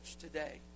today